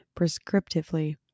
prescriptively